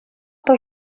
per